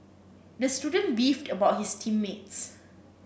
the student beefed about his team mates